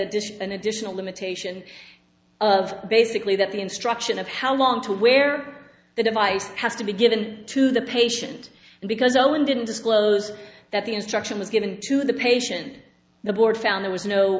an additional limitation of basically that the instruction of how long to wear the device has to be given to the patient because owen didn't disclose that the instruction was given to the patient the board found there was